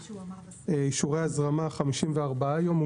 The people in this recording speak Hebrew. אישורי הזרמה 54 יום,